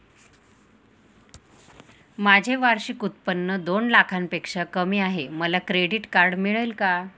माझे वार्षिक उत्त्पन्न दोन लाखांपेक्षा कमी आहे, मला क्रेडिट कार्ड मिळेल का?